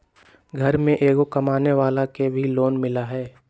घर में एगो कमानेवाला के भी लोन मिलहई?